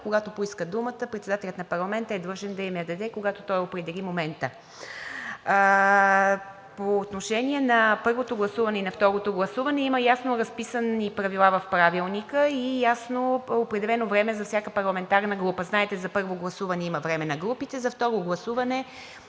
когато поискат думата, председателят на парламента е длъжен да им я даде, когато той определи момента. По отношение на първото и на второто гласуване има ясно разписани правила в Правилника и ясно определено време за всяка парламентарна група. Знаете, за първо гласуване има време на групите, за второ гласуване